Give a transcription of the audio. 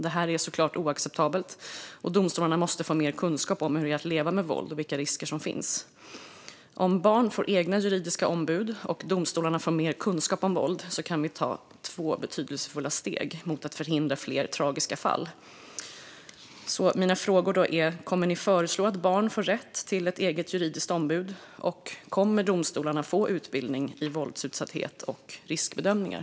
Detta är såklart oacceptabelt, och domstolarna måste få mer kunskap om hur det är att leva med våld och vilka risker som finns. Om barn får egna juridiska ombud och domstolarna får mer kunskap om våld kan vi ta två betydelsefulla steg mot att förhindra fler tragiska fall. Mina frågor är: Kommer regeringen att föreslå att barn ska få rätt till ett eget juridiskt ombud? Och kommer domstolarna att få utbildning när det gäller våldsutsatthet och riskbedömningar?